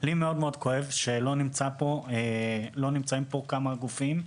כואב לי מאוד שלא נמצאים פה כמה גופים,